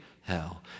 hell